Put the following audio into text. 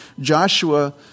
Joshua